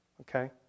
Okay